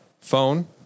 phone